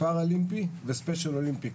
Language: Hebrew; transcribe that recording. פרה-לימפי, וספיישל-אולימפיקס.